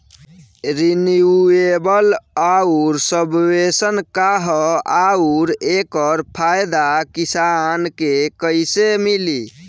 Renewable आउर subvention का ह आउर एकर फायदा किसान के कइसे मिली?